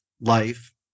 life